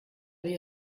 wie